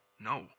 No